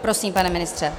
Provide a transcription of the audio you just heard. Prosím, pane ministře.